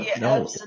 no